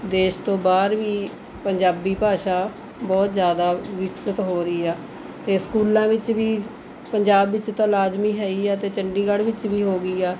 ਦੇਸ ਤੋਂ ਬਾਹਰ ਵੀ ਪੰਜਾਬੀ ਭਾਸ਼ਾ ਬਹੁਤ ਜ਼ਿਆਦਾ ਵਿਕਸਿਤ ਹੋ ਰਹੀ ਆ ਅਤੇ ਸਕੂਲਾਂ ਵਿੱਚ ਵੀ ਪੰਜਾਬ ਵਿੱਚ ਤਾਂ ਲਾਜ਼ਮੀ ਹੈ ਹੀ ਆ ਅਤੇ ਚੰਡੀਗੜ੍ਹ ਵਿੱਚ ਵੀ ਹੋ ਗਈ ਆ